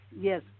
yes